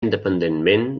independentment